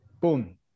boom